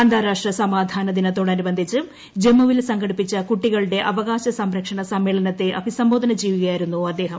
അന്താരാഷ്ട്ര സമാധാന ദിനത്തോടനുബന്ധിച്ച് ജമ്മുവിൽ സംഘടിപ്പിച്ച കുട്ടികളുടെ അവകാശ സംരക്ഷണ സമ്മേളനത്തെ അഭിസംബോധന ചെയ്യുകയായിരുന്നു അദ്ദേഹം